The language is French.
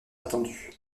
attendue